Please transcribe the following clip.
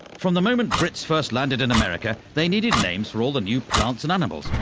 from the moment brits first landed in america they needed names for all the new plants and animals,